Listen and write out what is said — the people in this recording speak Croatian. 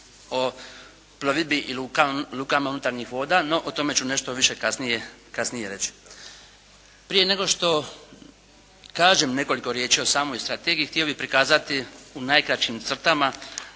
o plovidbi i lukama unutarnjih voda, no o tome ću nešto više kasnije reći. Prije nego što kažem nekoliko riječi o samoj strategiji htio bih prikazati u najkraćim crtama